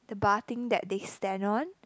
the bar thing that they stand on